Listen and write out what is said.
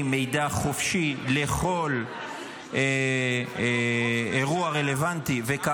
מידע חופשי לכל אירוע רלוונטי -- הוא ברור?